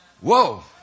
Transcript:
whoa